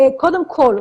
קודם כול,